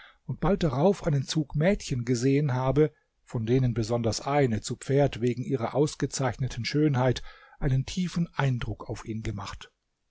und bald darauf einen zug mädchen gesehen habe von denen besonders eine zu pferd wegen ihrer ausgezeichneten schönheit einen tiefen eindruck auf ihn gemacht